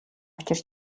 учир